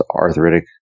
arthritic